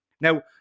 Now